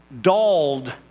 dulled